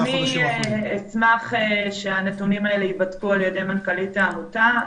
אני אשמח שהנתונים האלה ייבדקו על ידי מנכ"לית העמותה.